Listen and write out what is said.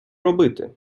робити